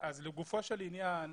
לגופו של עניין.